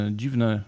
dziwne